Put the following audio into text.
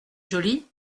joli